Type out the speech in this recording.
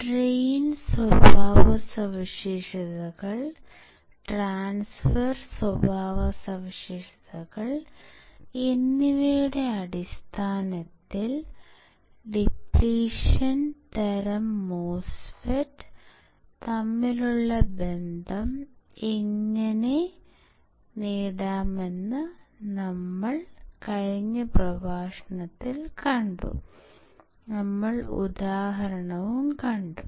drain സ്വഭാവസവിശേഷതകൾ transfer സ്വഭാവസവിശേഷതകൾ എന്നിവയുടെ അടിസ്ഥാനത്തിൽ ഡിപ്ലിഷൻ തരം മോസ്ഫെറ്റ് തമ്മിലുള്ള ബന്ധം എങ്ങനെ നേടാമെന്ന് കഴിഞ്ഞ പ്രഭാഷണത്തിൽ നാം കണ്ടു നമ്മൾ ഉദാഹരണങ്ങളും കണ്ടു